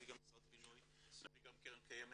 נביא גם את משרד הבינוי וגם את הקרן הקיימת